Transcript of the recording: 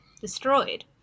destroyed